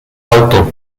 auto